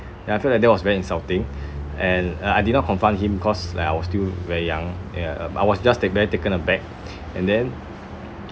ya I feel like that was very insulting and uh I didn't confront him because like I was still very young ya um I was just take~ very taken aback and then